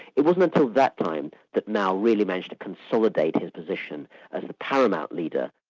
it wasn't until that time that mao really managed to consolidate his position as the paramount leader